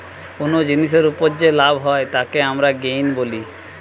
কুনো জিনিসের উপর যে লাভ হয় তাকে আমরা গেইন বলি